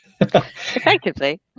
effectively